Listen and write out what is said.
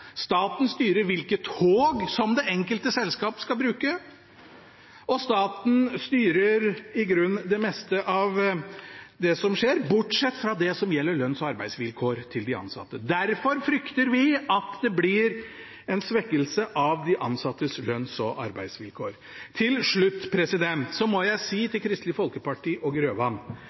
Staten styrer hvilke tog det enkelte selskap skal bruke, og staten styrer i grunnen det meste av det som skjer, bortsett fra det som gjelder lønns- og arbeidsvilkår for de ansatte. Derfor frykter vi at det blir en svekkelse av de ansattes lønns- og arbeidsvilkår. Til slutt til Kristelig Folkeparti og Hans Fredrik Grøvan.